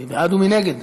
מי בעד ומי נגד?